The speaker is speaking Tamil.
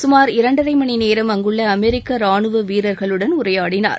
சுமார் இரண்டரை மணிநேரம் அங்குள்ள அமெரிக்க ரானுவ வீரர்களுடன் உரையாடினார்